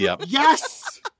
yes